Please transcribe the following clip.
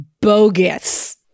bogus